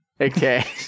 Okay